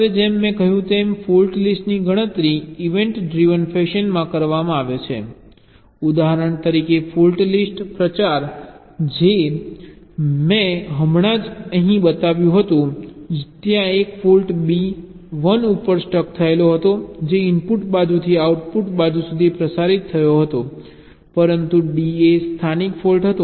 હવે જેમ મેં કહ્યું તેમ ફોલ્ટ લિસ્ટની ગણતરી ઇવેન્ટ ડ્રિવન ફેશનમાં કરવામાં આવે છે ઉદાહરણ તરીકે ફોલ્ટ લિસ્ટ પ્રચાર જે મેં હમણાં જ અહીં બતાવ્યું હતું ત્યાં એક ફોલ્ટ B 1 ઉપર સ્ટક થયેલો હતો જે ઇનપુટ બાજુથી આઉટપુટ બાજુ સુધી પ્રસારિત થયો હતો પરંતુ D એ સ્થાનિક ફોલ્ટ હતો